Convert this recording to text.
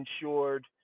insured